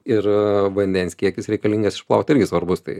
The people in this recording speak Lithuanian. ir vandens kiekis reikalingas išplaut irgi svarbus tai